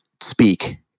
speak